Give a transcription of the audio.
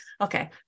Okay